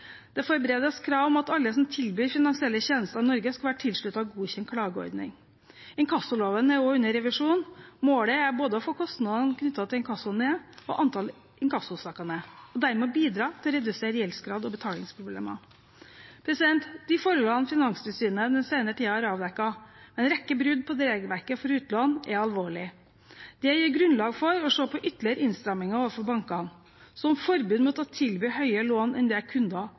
Det forberedes krav om at alle som tilbyr finansielle tjenester i Norge, skal være tilsluttet en godkjent klageordning. Inkassoloven er også under revisjon. Målet er å få både kostnadene knyttet til inkasso og antall inkassosaker ned og dermed bidra til å redusere gjeldsgrad og betalingsproblemer. De forholdene Finanstilsynet den senere tiden har avdekket, med en rekke brudd på regelverket for utlån, er alvorlige. Det gir grunnlag for å se på ytterligere innstramminger overfor bankene, som forbud mot å tilby høyere lån enn det kunden ber om. Å lokke kunder